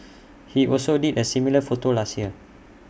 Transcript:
he also did A similar photo last year